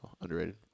Underrated